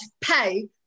pay